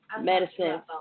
medicine